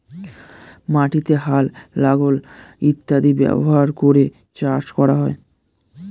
মাটিতে হাল, লাঙল ইত্যাদি ব্যবহার করে চাষ করা হয়